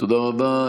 תודה רבה.